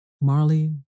Marley